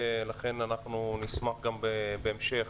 לכן אנחנו נשמח גם בהמשך